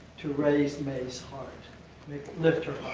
to raise may's heart lift her